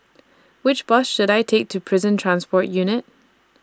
Which Bus should I Take to Prison Transport Unit